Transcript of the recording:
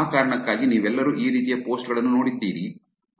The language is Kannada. ಆ ಕಾರಣಕ್ಕಾಗಿ ನೀವೆಲ್ಲರೂ ಈ ರೀತಿಯ ಪೋಸ್ಟ್ ಗಳನ್ನು ನೋಡಿದ್ದೀರಿ